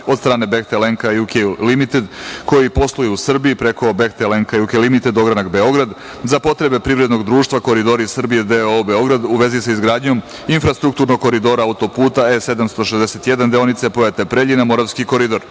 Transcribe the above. od strane Bechtel Enka UK Limited, koji posluje u Srbiji preko Bechtel Enka UK Limited Ogranak Beograd za potrebe privrednog društva „Koridori Srbije“ d.o.o. Beograd u vezi sa izgradnjom infrastrukturnog koridora autoputa E-761 deonice Pojate - Preljina (Moravski koridor)